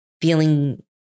feeling